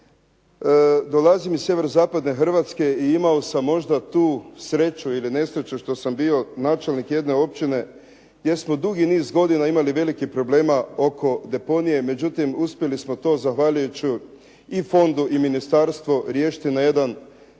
Dolazim iz sjeverozapadne Hrvatske i imao sam možda tu sreću ili nesreću što sam bio načelnik jedne općine gdje smo dugi niz godina imali velikih problema oko deponija i međutim uspjeli smo to zahvaljujući i fondu i ministarstvu riješiti na jedan